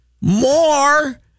more